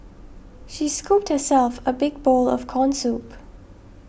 she scooped herself a big bowl of Corn Soup